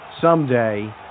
someday